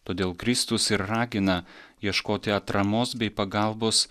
todėl kristus ir ragina ieškoti atramos bei pagalbos